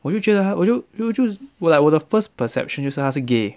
我就觉得他我就就就 like 我的 first perception 就是他是 gay